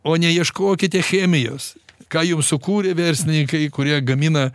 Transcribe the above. o neieškokite chemijos ką jums sukūrė verslininkai kurie gamina